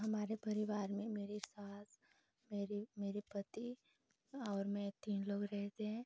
हमारे परिवार में मेरी सास मेरी मेरे पति और मैं तीन लोग रहते हैं